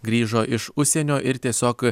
grįžo iš užsienio ir tiesiog